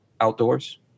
outdoors